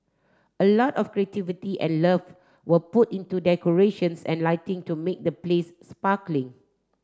a lot of creativity and love were put into decorations and lighting to make the place sparkling